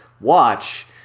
watch